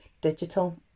digital